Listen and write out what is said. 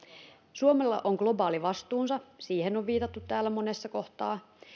suomella on globaali vastuunsa siihen on viitattu täällä monessa kohtaa